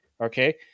Okay